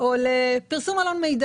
או לפרסום עלון מידע.